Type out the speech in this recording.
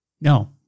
No